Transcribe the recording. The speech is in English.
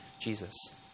Jesus